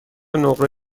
نقره